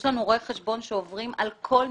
יש לנו רואי חשבון שעוברים על כל המימוש.